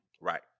Right